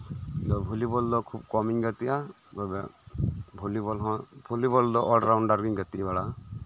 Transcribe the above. volleyball ᱫᱚ ᱠᱚᱢᱤᱧ ᱜᱟᱛᱮᱜᱼᱟ ᱛᱚᱵᱮ ᱵᱷᱚᱞᱤᱵᱚᱞ ᱫᱚ ᱚᱞᱨᱟᱣᱩᱱᱰᱟᱨ ᱤᱧ ᱜᱟᱛᱮᱜᱼᱟ